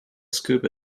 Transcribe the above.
scuba